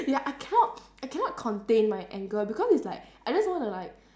ya I cannot I cannot contain my anger because it's like I just just wanna like